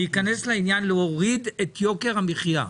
להיכנס לעניין ולהוריד את יוקר המחיה.